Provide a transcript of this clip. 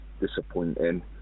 disappointing